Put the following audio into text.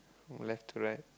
left to right